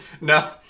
No